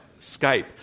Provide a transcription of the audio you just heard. Skype